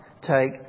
take